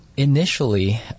Initially